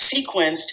sequenced